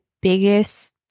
biggest